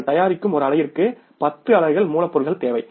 நீங்கள் தயாரிக்கும் ஒரு அலகிற்கு 10 அலகுகள் மூலப்பொருள் தேவை